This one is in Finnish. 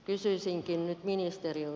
kysyisinkin nyt ministeriltä